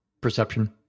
perception